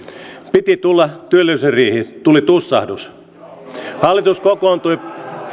piti tulla työllisyysriihi tuli tussahdus hallitus kokoontui